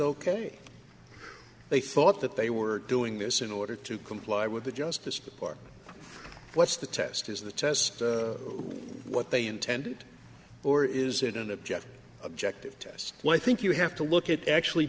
ok they thought that they were doing this in order to comply with the justice department what's the test is the test what they intended or is it an object objective test well i think you have to look at actually